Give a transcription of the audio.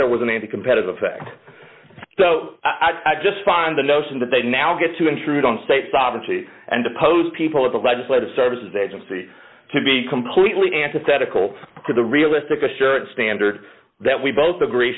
there was an anti competitive effect so i just find the notion that they now get to intrude on state sovereignty and depose people in the legislative services agency to be completely antithetical to the realistic a certain standard that we both agree